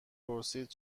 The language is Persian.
پرسید